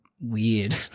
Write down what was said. weird